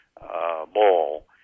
ball